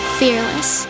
fearless